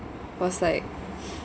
was like